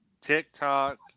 TikTok